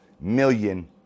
million